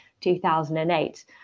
2008